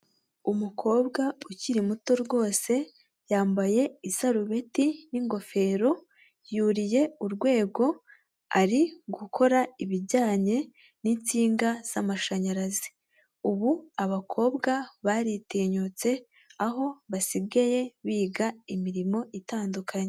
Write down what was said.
Umukobwa ukiri muto rwose, yambaye isarubeti n'ingofero, yuriye urwego ari gukora ibijyanye n'insinga z'amashanyarazi; ubu abakobwa baritinyutse aho basigaye biga imirimo itandukanye.